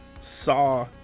saw